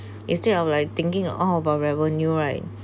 instead of like thinking all about revenue right